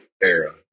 era